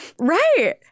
Right